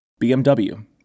BMW